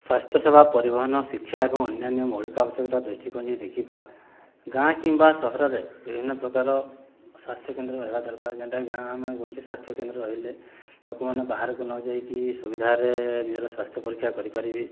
ସ୍ୱାସ୍ଥ୍ୟସେବା ପରିବହନ ଶିକ୍ଷା ଏବଂ ଅନ୍ୟାନ୍ୟ ମୌଳିକ ଆବଶ୍ୟକତା ଦୃଷ୍ଟିକୋଣରୁ ଦେଖିବା ଗାଁ କିମ୍ବା ସହରରେ ବିଭିନ୍ନ ପ୍ରକାର ସ୍ୱାସ୍ଥ୍ୟକେନ୍ଦ୍ର ରହିବା ଦରକାର ଯେଉଁଟାକି ଗାଁ ଆମେ ଗୋଷ୍ଠୀ ସ୍ଵାସ୍ଥ୍ୟକେନ୍ଦ୍ର ରହିଲେ ଲୋକମାନେ ବାହାରକୁ ନଯାଇକି ସୁବିଧାରେ ନିଜର ସ୍ୱାସ୍ଥ୍ୟ ପରୀକ୍ଷା କରିପାରିବେ